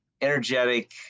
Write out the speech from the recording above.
energetic